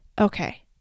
okay